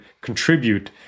contribute